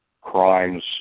crimes